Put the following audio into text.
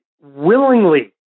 willingly